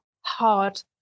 hard